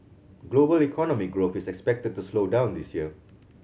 global economic growth is expected to slow down this year